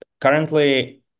currently